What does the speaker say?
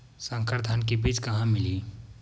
संकर धान के बीज कहां मिलही?